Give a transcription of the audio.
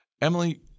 Emily